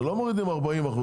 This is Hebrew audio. לא מורידים 40%,